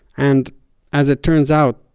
and as it turns out,